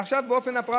ועכשיו באופן הפרקטי: